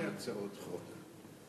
הצעת חוק לתיקון פקודת מסילות הברזל (מס' 7)